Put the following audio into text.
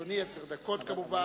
לאדוני עשר דקות, כמובן.